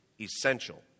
essential